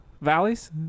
Valleys